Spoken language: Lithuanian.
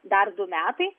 dar du metai